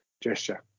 gesture